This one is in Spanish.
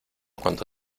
cuando